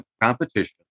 competition